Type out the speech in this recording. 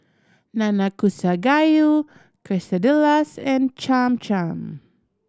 Nanakusa Gayu Quesadillas and Cham Cham